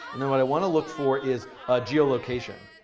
and then what i want to look for is geolocation.